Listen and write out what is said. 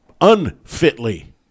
unfitly